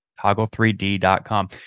toggle3d.com